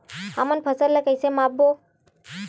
हमन फसल ला कइसे माप बो?